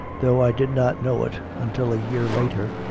though i did not know it until a year later.